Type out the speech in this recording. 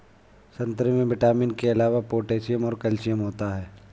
संतरे में विटामिन के अलावा पोटैशियम और कैल्शियम होता है